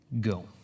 go